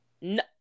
No